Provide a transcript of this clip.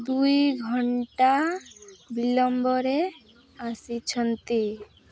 ଦୁଇ ଘଣ୍ଟା ବିଲମ୍ବରେ ଆସିଛନ୍ତି